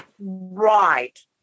Right